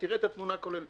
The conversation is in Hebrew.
תראה את התמונה הכוללת.